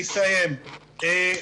מניח.